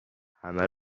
همه